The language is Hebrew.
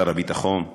שר הביטחון,